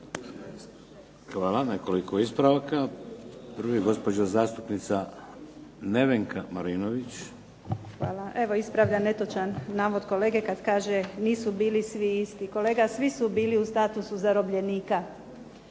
Hvala. Nekoliko ispravaka. Prvi, gospođa zastupnica Nevenka Marinović. **Marinović, Nevenka (HDZ)** Hvala. Evo ispravljam netočan navod kolege kad kaže nisu bili svi isti. Kolega, svi su bili u statusu zarobljenika.